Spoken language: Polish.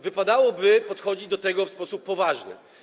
Wypadałoby podchodzić do tego w sposób poważny.